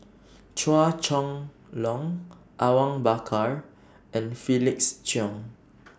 Chua Chong Long Awang Bakar and Felix Cheong